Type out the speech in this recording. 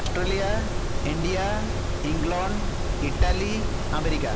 Australia India England Italy America